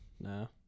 No